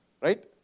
right